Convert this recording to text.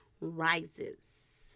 rises